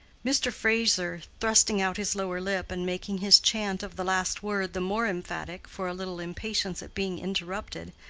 mr. fraser, thrusting out his lower lip and making his chant of the last word the more emphatic for a little impatience at being interrupted,